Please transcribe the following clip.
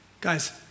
Guys